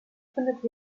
findet